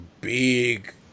big